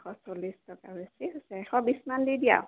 এশ চল্লিছ টকা বেছি হৈছে এশ বিছমান দি দিয়া আৰু